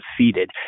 defeated